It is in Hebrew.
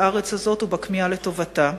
לארץ הזאת ובכמיהה לטובתה.